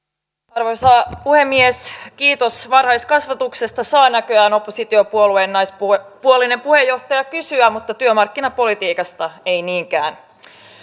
arvoisa puhemies kiitos varhaiskasvatuksesta saa näköjään oppositiopuolueen naispuolinen puheenjohtaja kysyä mutta työmarkkinapolitiikasta ei niinkään